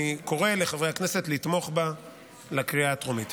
אני קורא לחברי הכנסת לתמוך בה בקריאה הטרומית.